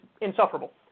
insufferable